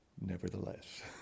Nevertheless